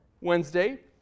Wednesday